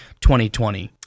2020